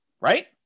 Right